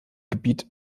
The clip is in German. gebiet